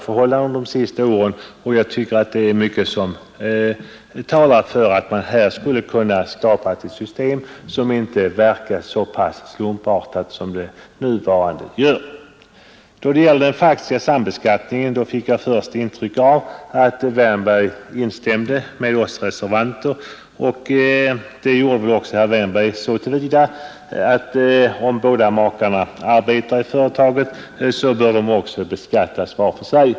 Förhållandena inom jordbruket har under de senaste åren betydligt förändrats, och jag anser att man borde kunna skapa ett system som inte verkar så slumpartat som det nuvarande gör. Vad beträffar den faktiska sambeskattningen fick jag först ett intryck av att herr Wärnberg instämde med oss reservanter. Det gjorde väl också herr Wärnberg så till vida att han ansåg att om båda makarna arbetar i företaget bör de beskattas var för sig.